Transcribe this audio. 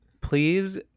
please